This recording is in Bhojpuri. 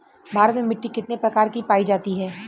भारत में मिट्टी कितने प्रकार की पाई जाती हैं?